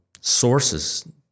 sources